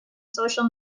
social